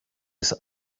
his